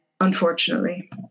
unfortunately